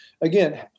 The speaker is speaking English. again